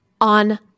on